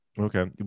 Okay